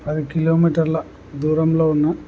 పది కిలోమీటర్ల దూరంలో ఉన్న